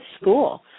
school